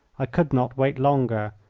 i could not wait longer.